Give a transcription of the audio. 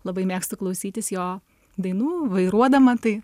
labai mėgstu klausytis jo dainų vairuodama tai